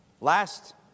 Last